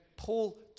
Paul